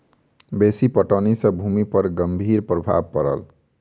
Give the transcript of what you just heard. बेसी पटौनी सॅ भूमि पर गंभीर प्रभाव पड़ल